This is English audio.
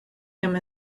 him